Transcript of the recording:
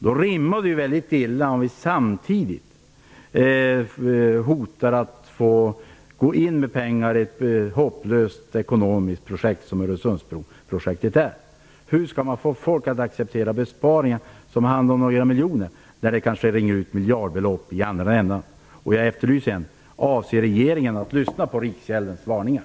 Då rimmar det väldigt illa om vi samtidigt hotar att gå in med pengar i ett så hopplöst ekonomiskt projekt som Öresundsbroprojektet. Hur skall man få folk att acceptera besparingar som handlar om några miljoner, när det kanske rinner ut miljardbelopp i andra änden? Jag efterlyser återigen ett svar: Avser regeringen att lyssna på Riksgäldskontorets varningar?